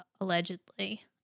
allegedly